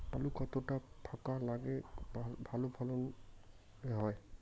আলু কতটা ফাঁকা লাগে ভালো ফলন হয়?